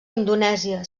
indonèsia